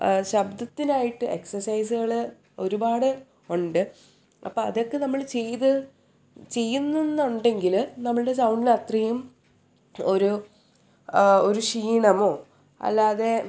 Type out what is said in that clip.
ശബ്ദത്തിനായിട്ട് എക്സർസൈസുകൾ ഒരുപാട് ഉണ്ട് അപ്പോൾ അതൊക്കെ നമ്മൾ ചെയ്ത് ചെയ്യുന്നു എന്നുണ്ടെങ്കിൽ നമ്മുടെ സൗണ്ടിന് അത്രയും ഒരു ഒരു ക്ഷീണമോ അല്ലാതെ